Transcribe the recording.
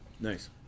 Nice